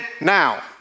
now